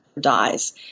dies